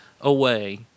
away